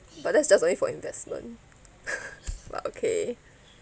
but that's just only for investment but okay